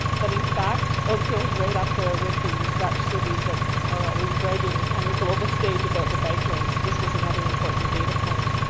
but, in fact, oakville was right up there with the dutch cities that are always bragging on the global stage about the bike lanes so this was another important data point.